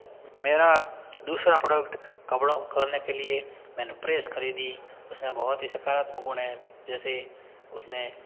मेरा दूसरा प्रोडक्ट करने के लिए मैंने प्रेस खरीदी उसमें बहुत ही सकारात्मक गुण हैं जैसे उसमें